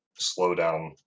slowdown